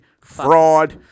fraud